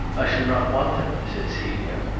i shall not want them, said celia.